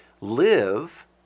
live